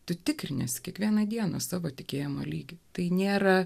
tu tikrinęs kiekvieną dieną savo tikėjimą lyg tai nėra